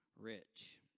rich